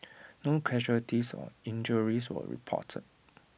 no casualties or injuries were reported